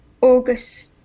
August